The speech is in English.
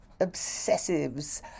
obsessives